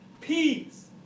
peace